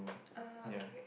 eh okay